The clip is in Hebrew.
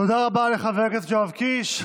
תודה רבה לחבר הכנסת יואב קיש.